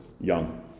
young